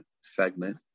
segment